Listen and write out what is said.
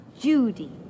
Judy